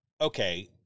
okay